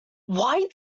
why